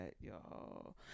y'all